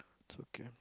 it's okay